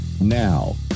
Now